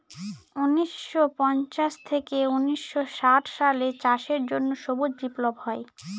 উনিশশো পঞ্চাশ থেকে উনিশশো ষাট সালে চাষের জন্য সবুজ বিপ্লব হয়